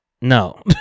no